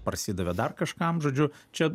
parsidavė dar kažkam žodžiu čia